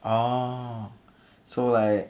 orh so like